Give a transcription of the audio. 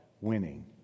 winning